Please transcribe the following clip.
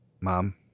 Mom